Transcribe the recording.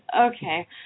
Okay